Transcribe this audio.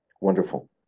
Wonderful